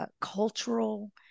Cultural